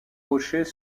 rochers